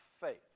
faith